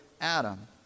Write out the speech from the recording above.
Adam